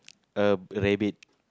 a rabbit